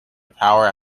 power